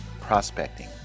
prospecting